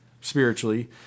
spiritually